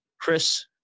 Chris